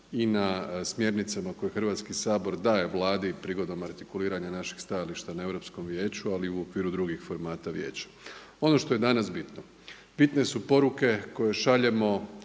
i na smjernicama koje Hrvatski sabor daje Vladi prigodom artikuliranja našeg stajališta na Europsko vijeću, ali i u okviru drugih formata vijeća. Ono što je danas bitno, bitne su poruke koje šaljemo